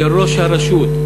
של ראש הרשות.